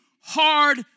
hard